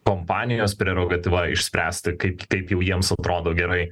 kompanijos prerogatyva išspręsti kaip kaip jau jiems atrodo gerai